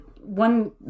one